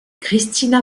christina